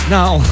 Now